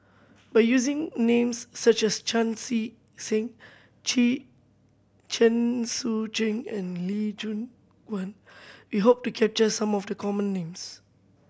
by using names such as Chan See Seng Chee Chen Sucheng and Lee Choon Guan we hope to capture some of the common names